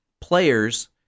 players